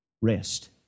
rest